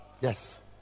Yes